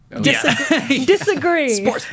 Disagree